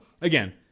again